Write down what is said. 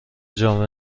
جامع